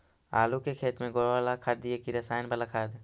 आलू के खेत में गोबर बाला खाद दियै की रसायन बाला खाद?